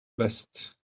best